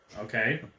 Okay